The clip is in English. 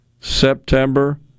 September